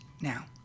Now